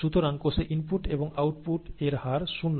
সুতরাং কোষে ইনপুট এবং আউটপুট এর হার শূন্য